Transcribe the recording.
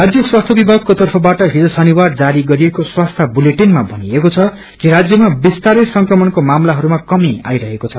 राज्य स्वास्थ्य विभागको तर्फबाट हिज शनिवार जारी गरिएको स्वस्थ्य बुलेटिनमा भनिएको छ कि राज्यमा विस्तारै संक्रमणको मामलाहरूमा कमी आइरहेको छ